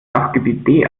sachgebiet